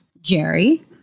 Jerry